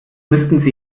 müssten